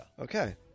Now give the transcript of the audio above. Okay